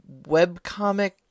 webcomic